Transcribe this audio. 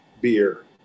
beer